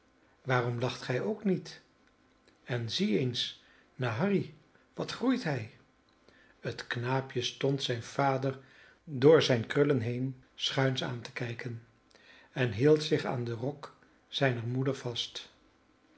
waarom lacht gij ook niet en zie eens naar harry wat groeit hij het knaapje stond zijn vader door zijne krullen heen schuins aan te kijken en hield zich aan den rok zijner moeder vast